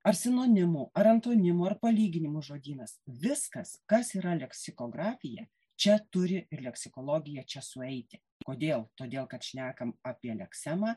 ar sinonimų ar antonimų ar palyginimų žodynas viskas kas yra leksikografija čia turi ir leksikologija čia sueiti kodėl todėl kad šnekam apie leksema